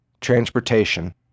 transportation